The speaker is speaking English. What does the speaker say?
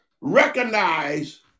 recognize